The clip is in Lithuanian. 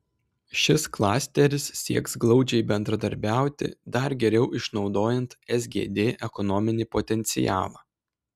šis klasteris sieks glaudžiai bendradarbiauti dar geriau išnaudojant sgd ekonominį potencialą